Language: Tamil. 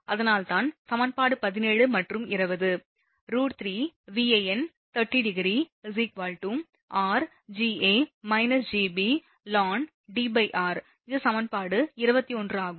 அதனால்தான் சமன்பாடு 17 மற்றும் 20 √3Van∠30 ° r ln Dr இது சமன்பாடு 21 ஆகும்